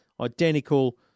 identical